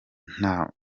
nta